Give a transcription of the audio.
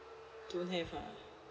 don't have ah